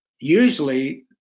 usually